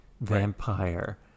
vampire